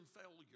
failure